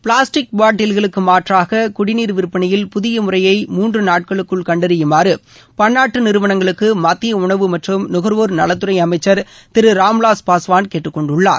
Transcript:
plastic பாட்டீல்களுக்கு மாற்றாக குடிநீர் விற்பனையில் புதிய முறையை முன்று நாட்களுக்குள் கண்டறியுமாறு பன்னாட்டு நிறுவனங்களுக்கு மத்திய உணவு மற்றும் நுகர்வோர் நலத்துறை அமைச்சர் திரு ராம்விலாஸ் பாஸ்வான் கேட்டுக்கொண்டுள்ளார்